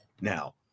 now